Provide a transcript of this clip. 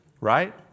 Right